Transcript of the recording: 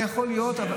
זה יכול להיות,